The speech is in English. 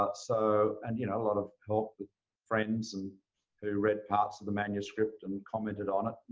but so and you know a lot of help with friends and who read parts of the manuscript and commented on it.